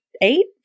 Eight